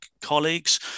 colleagues